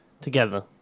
Together